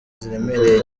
ziremereye